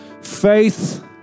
Faith